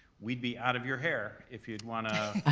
we'd be out of your hair if you'd wanna